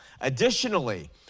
additionally